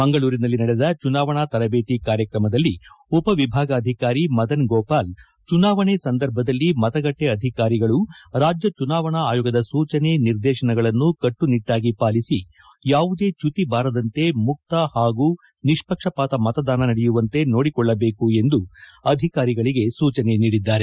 ಮಂಗಳೂರಿನಲ್ಲಿ ನಡೆದ ಚುನಾವಣಾ ತರಬೇತಿ ಕಾರ್ಯಕ್ರಮದಲ್ಲಿ ಉಪವಿಭಾಗಾಧಿಕಾರಿ ಮದನ್ ಗೋಪಾಲ್ ಚುನಾವಣೆ ಸಂದರ್ಭದಲ್ಲಿ ಮತಗಟ್ಟೆ ಅಧಿಕಾರಿಗಳು ರಾಜ್ಯ ಚುನಾವಣಾ ಆಯೋಗದ ಸೂಚನೆ ನಿರ್ದೇಶನಗಳನ್ನು ಕಟ್ಟುನಿಟ್ಟಾಗಿ ಪಾಲಿಸಿ ಯಾವುದೇ ಚ್ಯುತಿ ಬಾರದಂತೆ ಮುಕ್ತ ಹಾಗೂ ನಿಷ್ಷಕ್ಷಪಾತ ಮತದಾನ ನಡೆಯುವಂತೆ ನೋಡಿಕೊಳ್ಳಬೇಕು ಎಂದು ಅಧಿಕಾರಿಗಳಿಗೆ ಸೂಜನೆ ನೀಡಿದ್ದಾರೆ